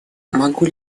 могу